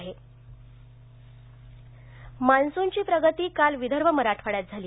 हवामान मान्सूनची प्रगती काल विदर्भ मराठवाड्यात झाली